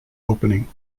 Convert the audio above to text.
opening